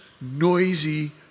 noisy